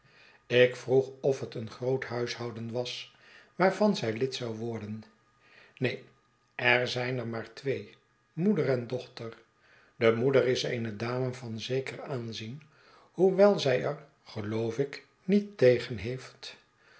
ik vroeg of het een groot huishouden was waarvan zij lid zou worden neen er zijn er maar twee moeder en dochter de moeder is eene dame van zeker aanzien hoewel zij er geloof ik niet tegen heeft